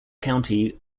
county